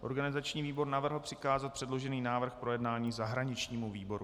Organizační výbor navrhl přikázat předložený návrh k projednání zahraničnímu výboru.